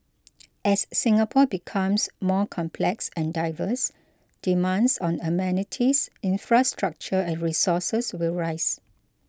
as Singapore becomes more complex and diverse demands on amenities infrastructure and resources will rise